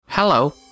Hello